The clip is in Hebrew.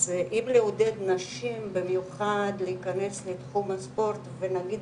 אז אם לעודד נשים במיוחד להיכנס לתחום הספורט ונגיד